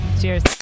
Cheers